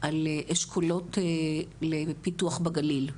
על אשכולות פיתוח בגליל.